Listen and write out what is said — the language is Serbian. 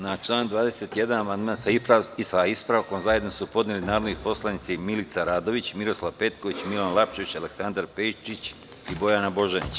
Na član 21. amandman, sa ispravkom, su zajedno podneli narodni poslanici Milica Radović, Miroslav Petković, Milan Lapčević, Aleksandar Pejčić i Bojana Božanić.